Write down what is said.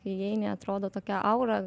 kai įeini atrodo tokia aura